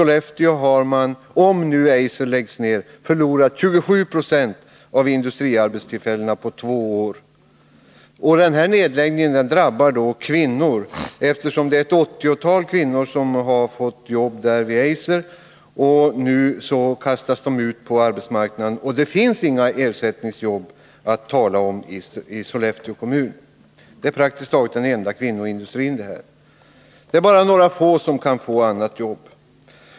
Och där har man — om Eiser läggs ned — förlorat 27 90 av industriarbetstillfällena på två år. Denna nedläggning av Eiser drabbar kvinnor. Det är ett 80-tal kvinnor som fått jobb där, och nu kastas de ut på arbetsmarknaden — men det finns inga ersättningsjobb att tala om i Sollefteå kommun. Eiser är praktiskt taget den enda kvinnoindustrin. Det är bara några få kvinnor som kan få andra jobb.